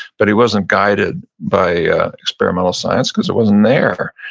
but he wasn't guided by experimental science, cause it wasn't there.